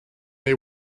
they